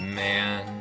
man